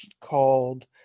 called